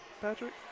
Patrick